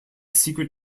secret